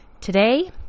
Today